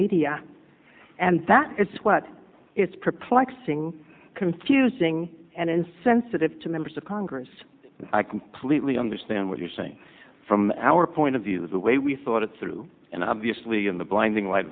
media and that it's what it's perplexing confusing and insensitive to members of congress i completely understand what you're saying from our point of view is the way we thought it through and obviously in the blinding